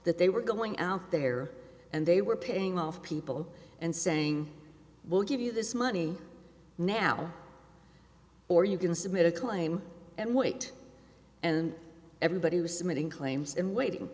they were going out there and they were paying off people and saying we'll give you this money now or you can submit a claim and wait and everybody was submitting claims in waiting